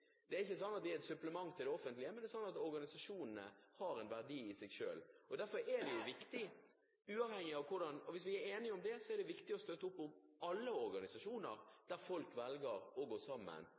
de viktige. Hvis vi er enige om det, er det viktig å støtte opp om alle organisasjoner der folk velger å gå sammen og